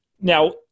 now